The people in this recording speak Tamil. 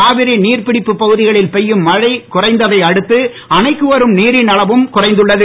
காவிரி நீர் பிடிப்பு பகுதிகளில் பெய்யும் மழை குறைந்ததை அடுத்து அணைக்கு வரும் நீரின் அளவும் குறைந்துள்ளது